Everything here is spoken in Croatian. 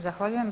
Zahvaljujem.